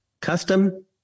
Custom